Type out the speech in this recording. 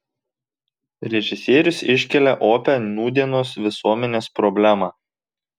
režisierius iškelia opią nūdienos visuomenės problemą